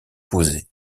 posait